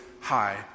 high